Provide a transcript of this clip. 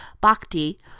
bhakti